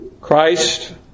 Christ